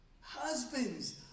Husbands